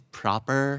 proper